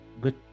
good